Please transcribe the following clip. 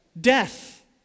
death